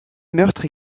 meurtre